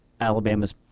Alabama's